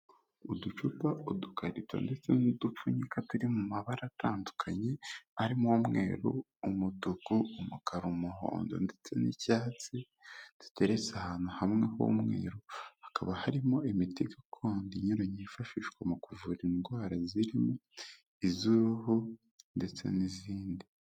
Uducupa, udukarito ndetse n'udupfunyika turi mu mabara atandukanye, arimo umweru, umutuku, umukara, umuhondo ndetse n'icyatsi, zitereretse ahantu hamwe h'umweru, hakaba harimo imiti gakondo inyuranye yifashishwa mu kuvura indwara zirimo iz'uruhu ndetse n'izindi.